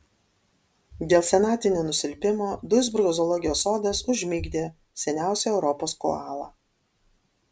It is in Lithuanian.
dėl senatvinio nusilpimo duisburgo zoologijos sodas užmigdė seniausią europos koalą